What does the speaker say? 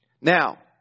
Now